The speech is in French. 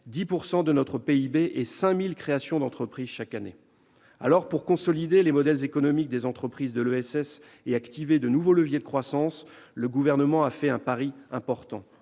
10 % du PIB et 5 000 créations d'entreprises chaque année. Pour consolider les modèles économiques des entreprises de l'ESS et activer de nouveaux leviers de croissance, le Gouvernement fait un pari important,